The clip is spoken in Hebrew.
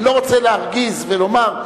אני לא רוצה להרגיז ולומר,